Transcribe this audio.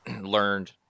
learned